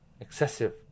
Excessive